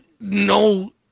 No